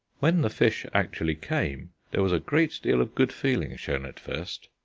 when the fish actually came, there was a great deal of good feeling shown at first.